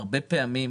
והרבה פעמים